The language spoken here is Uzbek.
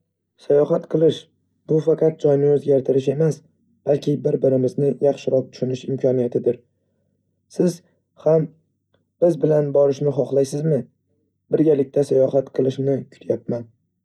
﻿Sayohat qilish, bu faqat joyni o'zgartirish emas, balki bir-birimizni yaxshiroq tushunish imkoniyatidir. Siz ham biz bilan borishni xohlaysizmi? Birgalikda sayohat qilishni kutyapman.